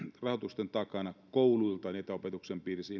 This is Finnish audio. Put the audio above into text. rahoitusten takana kouluilta etäopetuksen piirissä